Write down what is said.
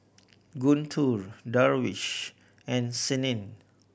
Guntur Darwish and Senin